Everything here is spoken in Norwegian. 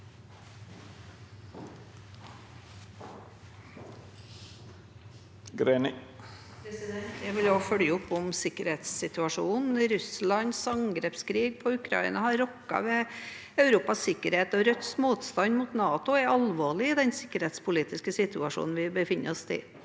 Jeg vil følge opp om sikkerhetssituasjonen. Russlands angrepskrig på Ukraina har rokket ved Europas sikkerhet, og Rødts motstand mot NATO er alvorlig i den sikkerhetspolitiske situasjonen vi befinner oss i.